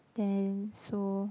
then so